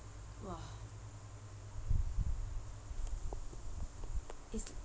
!wah! it's